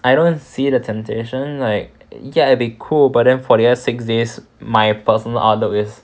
I don't see the temptation like ya it'd be cool but then for the other six days my personal outlook is